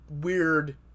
weird